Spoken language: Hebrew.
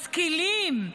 משכילים,